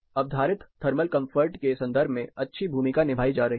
अवधारित thermal comfort के संदर्भ में अच्छी भूमिका निभाई जा रही है